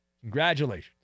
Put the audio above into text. Congratulations